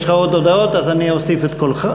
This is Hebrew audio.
יש לך עוד הודעות, אז אני אוסיף את קולך.